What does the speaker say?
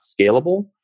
scalable